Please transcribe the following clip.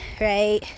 right